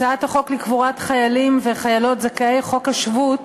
הצעת החוק לקבורת חיילים וחיילות זכאי חוק השבות